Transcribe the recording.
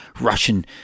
Russian